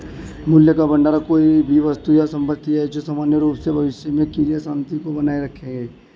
मूल्य का भंडार कोई भी वस्तु या संपत्ति है जो सामान्य रूप से भविष्य में क्रय शक्ति को बनाए रखेगी